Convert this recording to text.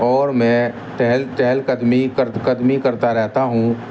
اور میں ٹہل ٹہل قدمی کر قدمی کرتا رہتا ہوں